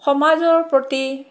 সমাজৰ প্ৰতি